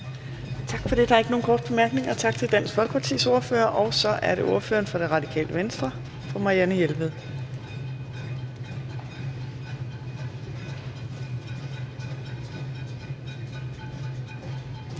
Tak for det. Der er ikke nogen korte bemærkninger. Tak til Dansk Folkepartis ordfører. Så er det ordføreren for Det Radikale Venstre, fru Katrine Robsøe.